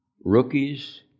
rookies